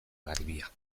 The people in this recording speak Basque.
garbia